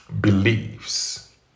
believes